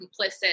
complicit